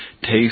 Taste